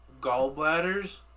gallbladders